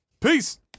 Peace